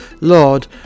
Lord